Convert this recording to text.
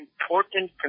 important